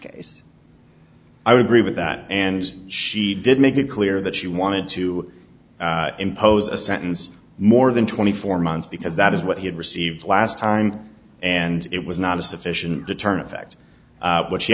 case i would agree with that and she did make it clear that she wanted to impose a sentence more than twenty four months because that is what he had received last time and it was not a sufficient to turn effect what she